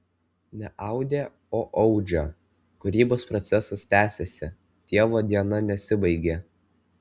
ne audė o audžia kūrybos procesas tęsiasi dievo diena nesibaigė